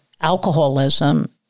alcoholism